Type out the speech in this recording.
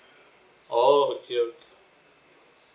oh okay okay